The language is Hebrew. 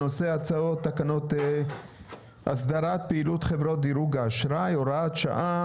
על סדר היום הצעת תקנות הסדרת פעילות חברות דירוג האשראי (הוראת שעה),